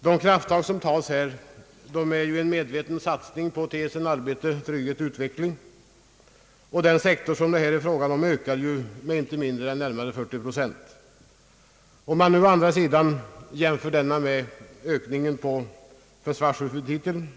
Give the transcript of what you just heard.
De krafttag som tas här är ju en medveten satsning på arbete, trygghet och utveckling. Den sektor det här är fråga om ökar ju med inte mindre än närmare 40 procent. Om man å andra sidan jämför detta med kostnaderna på försvarsbudgeten,